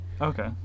okay